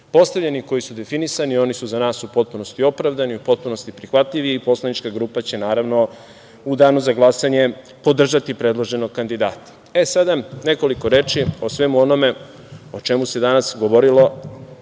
postavljeni, koji su definisani, oni su za nas u potpunosti opravdani, u potpunosti prihvatljivi i poslanička grupa će naravno u danu za glasanje podržati predloženog kandidata.E sada, nekoliko reči o svemu onome o čemu se danas govorilo,